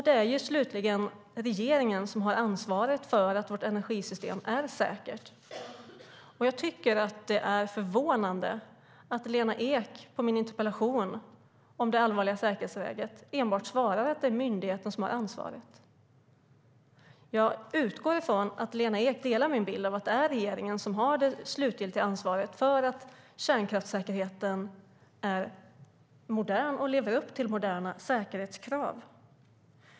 Det är ytterst regeringen som har ansvaret för att vårt energisystem är säkert. Jag tycker att det är förvånande att Lena Ek på min interpellation om det allvarliga säkerhetsläget enbart svarar att det är myndigheten som har ansvaret. Jag utgår från att Lena Ek delar min bild av att det är regeringen som har det slutliga ansvaret för att kärnkraftssäkerheten lever upp till moderna säkerhetskrav.